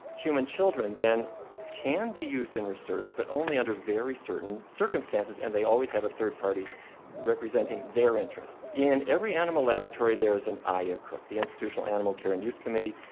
human children then can be used in research but only under very certain circumstances, and they always have a third party representing their interest. in every animal laboratory there is an iacuc, the institutional animal care and use committee,